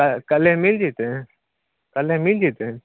कल कल्हे मील जैते कल्हे मील जैते